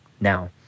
Now